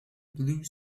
blue